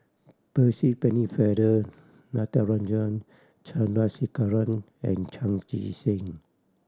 Percy Pennefather Natarajan Chandrasekaran and Chan Chee Seng